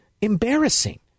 Embarrassing